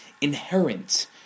inherent